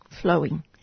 flowing